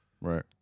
Right